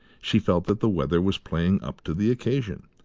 she felt that the weather was playing up to the occasion,